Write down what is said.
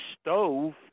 stove